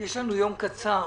יש לנו יום קצר.